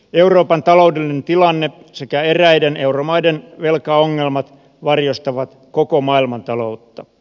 euroopan taloudellinen tilanne sekä eräiden euromaiden velkaongelmat varjostavat koko maailmantaloutta